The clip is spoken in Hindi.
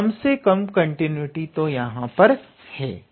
तो कम से कम कंटिन्यूटी तो यहां पर है